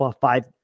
five